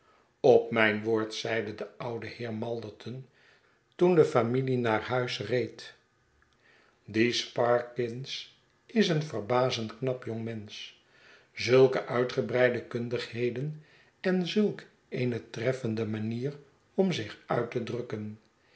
op mijn woord zeide de oude heer malderton toen de familie naar huis reed die sparkins is een verbazend knap jongmensch zulke uitgebreide kundigheden en zulk eene treffende manier om zich uit te drukken